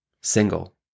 Single